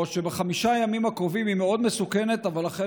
שבחמשת הימים הקרובים היא מאוד מסוכנת אבל החל